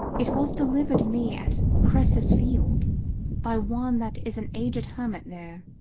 it was delivered me at cresses field by one that is an aged hermit there.